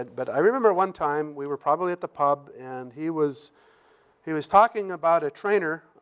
but i remember one time, we were probably at the pub, and he was he was talking about a trainer,